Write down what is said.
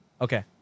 Okay